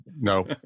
No